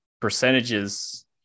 percentages